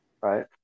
right